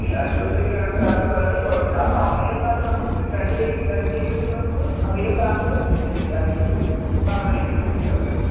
ഇല്ല എത്ര ദിവസത്തേക്ക് വേണന്ന് കറക്റ്റ് പറയുവാണെങ്കിൽ കുഴപ്പമില്ല ആ പറഞ്ഞതിൽ കാട്ടിൽ നമുക്കൊരു രണ്ട് ഡേ രണ്ട് ഡേയ്സൊക്കെ നമുക്ക് അവൈലബിൾ ആണെങ്കിൽ എക്സ്റ്റെൻറ്റ് ചെയ്യാം ഇല്ലെങ്കിൽ പറഞ്ഞ ഡേറ്റിൽ തന്നെ തരണ്ടി വരും